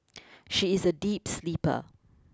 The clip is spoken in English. she is a deep sleeper